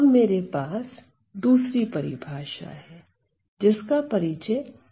अब मेरे पास दूसरी परिभाषा है जिसका परिचय देना चाहता हूं